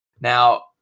Now